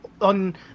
on